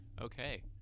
okay